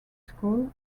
school